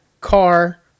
car